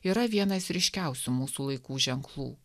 yra vienas ryškiausių mūsų laikų ženklų